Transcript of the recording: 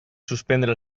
suspendre